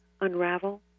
unravel